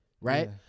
right